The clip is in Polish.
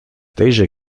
tejże